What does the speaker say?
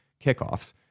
kickoffs